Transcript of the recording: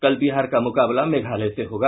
कल बिहार का मुकाबला मेघालय से होगा